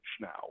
now